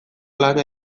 lana